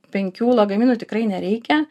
penkių lagaminų tikrai nereikia